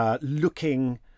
looking